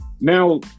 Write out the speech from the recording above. Now